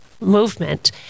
movement